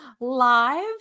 live